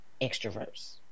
extroverts